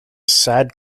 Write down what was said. sad